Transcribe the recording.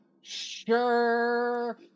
Sure